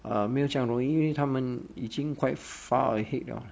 uh 没有这样容易因为他们已经 quite far ahead 了 lah